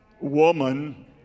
woman